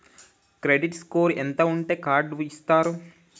Credit score ఎంత ఉంటే card ఇస్తారు?